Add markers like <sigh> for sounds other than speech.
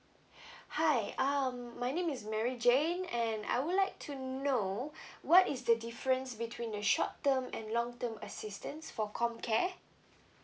<breath> hi um my name is mary jane and I would like to know <breath> what is the difference between the short term and long term assistance for comcare